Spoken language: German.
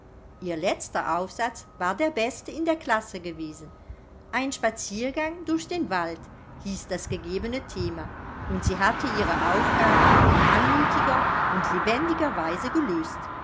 ihr letzter aufsatz war der beste in der klasse gewesen ein spaziergang durch den wald hieß das gegebene thema und sie hatte ihre aufgabe in anmutiger und lebendiger weise gelöst